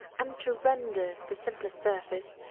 and to render the simplest surface,